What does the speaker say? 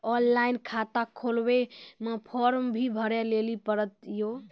Online खाता खोलवे मे फोर्म भी भरे लेली पड़त यो?